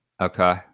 okay